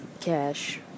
cash